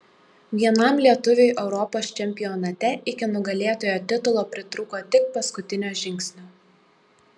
vienam lietuviui europos čempionate iki nugalėtojo titulo pritrūko tik paskutinio žingsnio